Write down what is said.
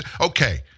okay